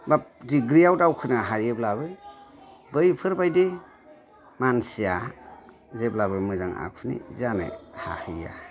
बा डिग्री आव दावखोनो हायोब्लाबो बैफोरबायदि मानसिया जेब्लाबो मोजां आखुनि जानो हाहैया